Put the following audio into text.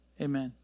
Amen